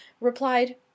replied